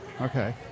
Okay